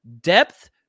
Depth